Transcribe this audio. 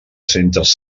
centes